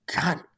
God